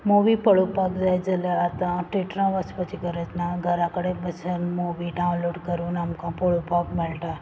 movie पळोवपाक जाय जाल्या आतां थेटरां वचपाची गरज ना घरा कडेन बसून मुवी डावनलोड करून आमकां पळोवपाक मेळटा